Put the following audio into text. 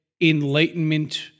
enlightenment